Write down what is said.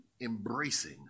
embracing